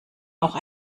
auch